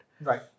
Right